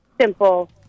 simple